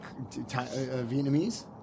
Vietnamese